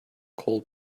cold